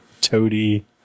Toadie